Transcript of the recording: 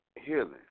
healing